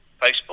Facebook